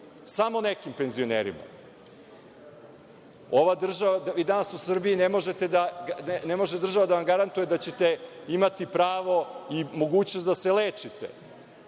samo nekim penzionerima. Danas u Srbiji ne može država da vam garantuje da ćete imati pravo i mogućnost da se lečite